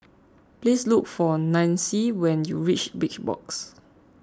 please look for Nancie when you reach Big Box